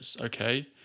Okay